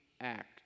act